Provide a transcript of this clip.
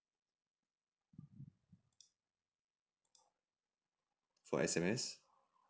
for S_M_S